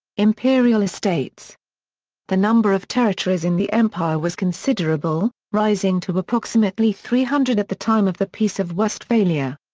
imperial estates the number of territories in the empire was considerable, rising to approximately three hundred at the time of the peace of westphalia.